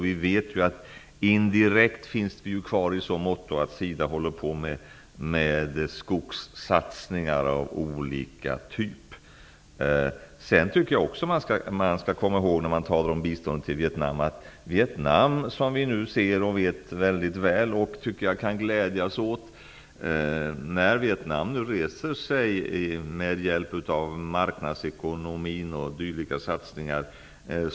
Vi finns indirekt kvar också i så måtto att SIDA bedriver skogssatsningar av olika typer. När man talar om biståndet kan man glädja sig åt att Vietnam nu håller på att resa sig med hjälp av marknadsekonomin och andra satsningar.